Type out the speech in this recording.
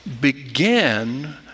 begin